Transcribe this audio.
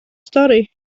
stori